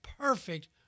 perfect